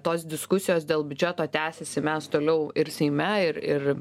tos diskusijos dėl biudžeto tęsiasi mes toliau ir seime ir ir